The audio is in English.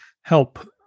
help